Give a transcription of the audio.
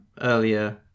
earlier